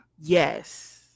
Yes